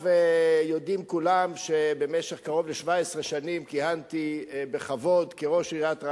יודעים כולם שבמשך קרוב ל-17 שנים כיהנתי בכבוד כראש עיריית רעננה.